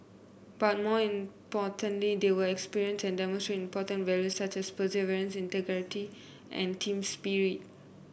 but more importantly they will experience and demonstrate important values such as perseverance integrity and team spirit